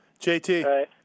JT